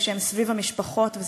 כשהן סביב הפצועים,